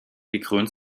gekrönt